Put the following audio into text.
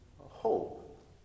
hope